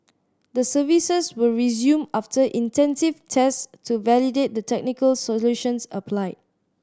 the services were resumed after intensive tests to validate the technical solutions applied